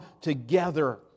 together